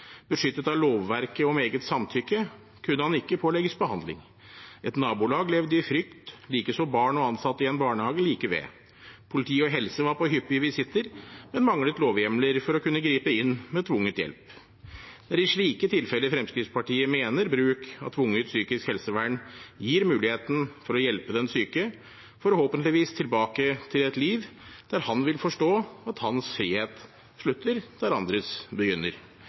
Beskyttet av lovverket om eget samtykke kunne han ikke pålegges behandling. Et nabolag levde i frykt, likeså barn og ansatte i en barnehage like ved. Politi og helse var på hyppige visitter, men manglet lovhjemler for å kunne gripe inn med tvunget hjelp. Det er i slike tilfeller Fremskrittspartiet mener bruk av tvungent psykisk helsevern gir mulighet for å hjelpe den syke – forhåpentligvis tilbake til et liv der han vil forstå at hans frihet slutter der andres begynner.